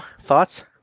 thoughts